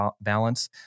balance